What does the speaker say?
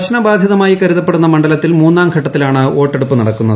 പ്രശ്നബാധിതമായി കരുതപ്പെടുന്ന മണ്ഡലത്തിൽ മൂന്നാം ഘട്ടത്തിലാണ് വോട്ടെടുപ്പ് നടക്കുന്നത്